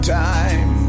time